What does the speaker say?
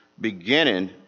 beginning